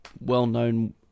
well-known